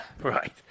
right